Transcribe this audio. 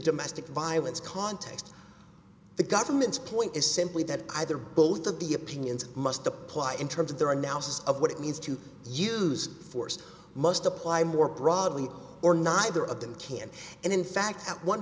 domestic violence context the government's point is simply that either both of the opinions must apply in terms of their analysis of what it means to use force must apply more broadly or neither of them can and in fact at one